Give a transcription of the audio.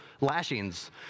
lashings